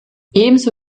ebenso